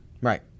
Right